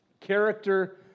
Character